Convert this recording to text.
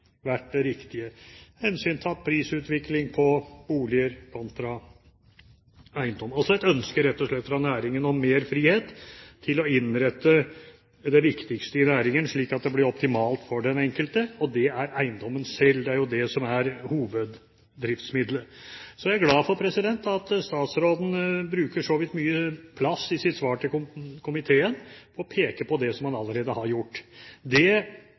vært det riktige, hensyntatt prisutvikling på boliger kontra eiendom, og rett og slett et ønske fra næringen om mer frihet til å innrette det viktigste i næringen, slik at det blir optimalt for den enkelte, og det er eiendommen selv, det er det som er hoveddriftsmiddelet. Så er jeg glad for at statsråden bruker så vidt mye plass i sitt svar til komiteen på å peke på det som han allerede har gjort. Det